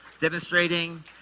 demonstrating